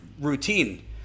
routine